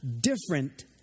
different